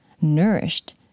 nourished